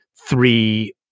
three